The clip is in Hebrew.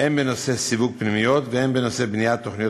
הן בנושא סיווג פנימיות והן בנושא בניית תוכניות